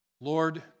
Lord